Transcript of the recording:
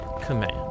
command